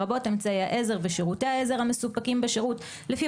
לרבות אמצעי העזר ושירותי העזר המסופקים בשירות לפי